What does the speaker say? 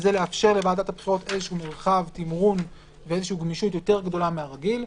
שזה לאפשר לוועדת הבחירות מרחב תמרון וגמישות יותר גדולה מהרגיל.